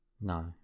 No